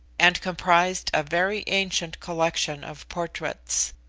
and comprised a very ancient collection of portraits.